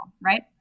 right